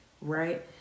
right